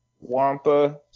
Wampa